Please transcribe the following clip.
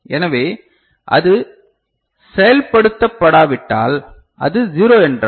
எனவே அது செயல்படுத்தப்படாவிட்டால் அது 0 என்றால்